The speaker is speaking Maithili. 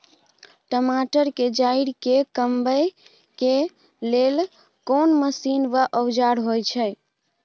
टमाटर के जईर के कमबै के लेल कोन मसीन व औजार होय छै?